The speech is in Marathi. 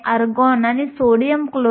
चला ते पुढे पाहू